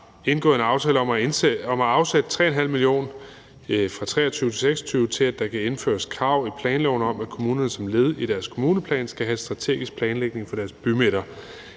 indgået en aftale om at afsætte 3,5 mio. kr. fra 2023-2026 til, at der kan indføres krav i planloven om, at kommunerne som led i deres kommuneplan skal have strategisk planlægning for deres bymidter.